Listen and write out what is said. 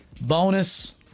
bonus